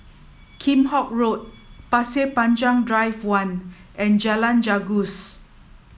Kheam Hock Road Pasir Panjang Drive One and Jalan Janggus